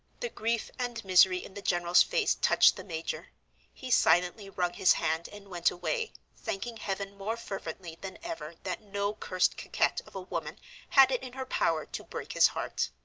the grief and misery in the general's face touched the major he silently wrung his hand and went away, thanking heaven more fervently than ever that no cursed coquette of a woman had it in her power to break his heart.